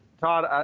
todd,